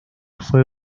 fue